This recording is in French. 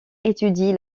étudie